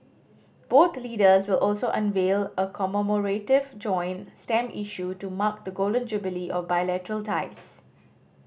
both leaders will also unveil a commemorative joint stamp issue to mark the golden jubilee of bilateral ties